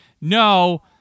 No